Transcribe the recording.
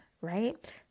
right